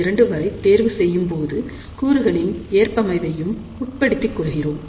2 வரை தேர்வு செய்யும்போது கூறுகளின் ஏற்பமைவையும் உட்படுத்திக் கொள்கிறோம்